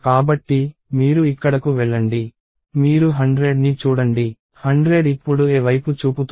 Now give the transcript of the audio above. కాబట్టి మీరు ఇక్కడకు వెళ్ళండి మీరు 100ని చూడండి 100 ఇప్పుడు a వైపు చూపుతోంది